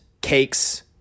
cakes